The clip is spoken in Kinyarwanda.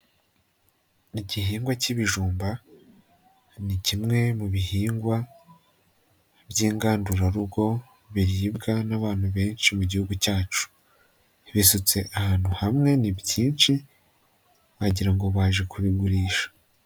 Igihingwa k'ibijumba ni kimwe mu bihingwa by'ingandurarugo biribwa n'abantu benshi mu gihugu cyacu. Bisutse ahantu hamwe ni byinshi wagira ngo baje kubigurisha.